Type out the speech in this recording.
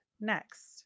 next